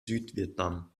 südvietnam